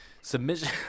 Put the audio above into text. submission